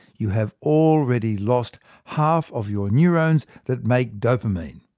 you have already lost half of your neurones that make dopamine.